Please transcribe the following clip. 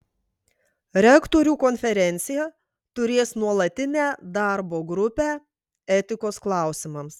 rektorių konferencija turės nuolatinę darbo grupę etikos klausimams